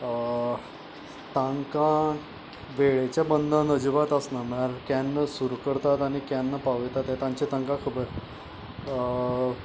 तांकां वेळेचें बंदन अज्जिबात आसना म्हळ्यार केन्ना सुरू करतात आनी केन्ना पावयता तें तांचे तांकां खबर